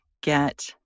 get